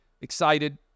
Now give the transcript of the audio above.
excited